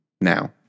Now